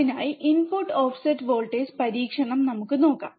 അതിനാൽ input offset voltage പരീക്ഷണം നമുക്ക് നോക്കാം